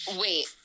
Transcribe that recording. Wait